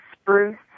spruce